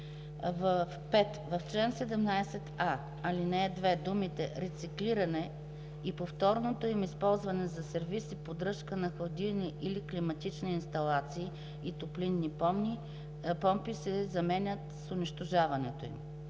5. В чл. 17a, ал. 2 думите „рециклиране и повторното им използване за сервиз и поддръжка на хладилни или климатични инсталации и топлинни помпи“ се заменят с „унищожаването им“.